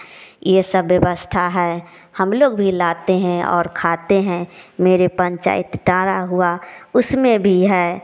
यह सब व्यवस्था है हम लोग भी लाते हैं और खाते हैं मेरे पंचायत टारा हुआ उसमें भी है